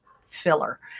filler